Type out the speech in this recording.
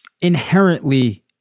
inherently